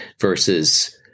versus